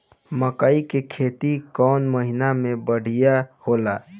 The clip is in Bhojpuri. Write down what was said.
मकई के खेती कौन महीना में बढ़िया होला?